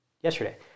yesterday